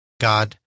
God